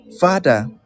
Father